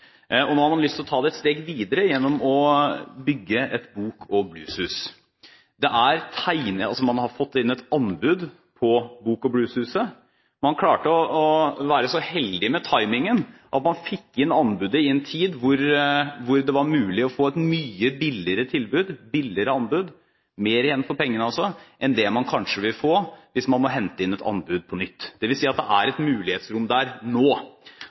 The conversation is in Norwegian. Nå har man lyst til å ta det et steg videre gjennom å bygge et bok- og blueshus og har fått inn et anbud på Bok- og Blueshuset. Man var så heldig med timingen at man fikk inn anbudet i en tid da det var mulig å få et mye billigere anbud – altså mer igjen for pengene – enn det man kanskje ville ha fått hvis man måtte hente inn et anbud på nytt, dvs. at det er et mulighetsrom der nå.